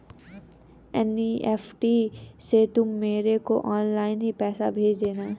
NEFT से तुम मेरे को ऑनलाइन ही पैसे भेज देना